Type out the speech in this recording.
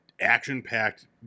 action-packed